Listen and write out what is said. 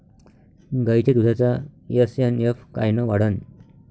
गायीच्या दुधाचा एस.एन.एफ कायनं वाढन?